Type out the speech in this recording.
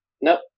Nope